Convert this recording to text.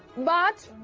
but